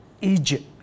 Egypt